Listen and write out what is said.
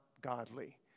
godly